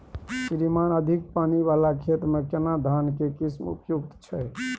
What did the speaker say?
श्रीमान अधिक पानी वाला खेत में केना धान के किस्म उपयुक्त छैय?